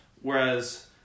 Whereas